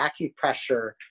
acupressure